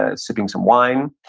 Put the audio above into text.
ah sipping some wine,